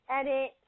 edit